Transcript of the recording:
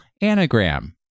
anagram